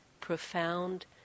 profound